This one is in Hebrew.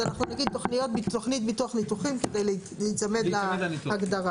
אז אנחנו נגיד תכנית ביטוח ניתוחים כדי להיצמד להגדרה.